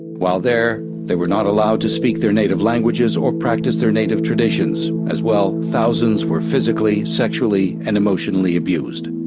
while there, they were not allowed to speak their native languages or practice their native traditions. as well, thousands were physically, sexually and emotionally abused.